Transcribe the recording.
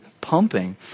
pumping